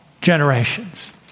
generations